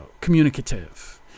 communicative